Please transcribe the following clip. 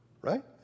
right